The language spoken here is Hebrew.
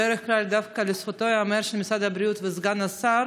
בדרך כלל דווקא לזכותו ייאמר שמשרד הבריאות וסגן השר